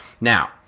Now